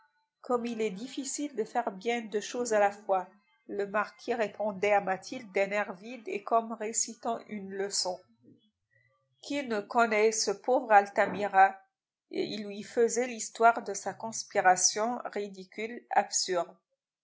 comme il est difficile de faire bien deux choses à la fois le marquis répondait à mathilde d'un air vide et comme récitant une leçon qui ne connaît ce pauvre altamira et il lui faisait l'histoire de sa conspiration ridicule absurde